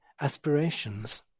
aspirations